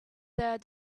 their